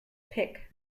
pick